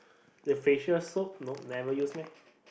the facial soap nope never use meh